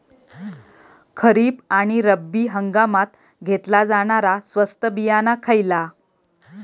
खरीप आणि रब्बी हंगामात घेतला जाणारा स्वस्त बियाणा खयला?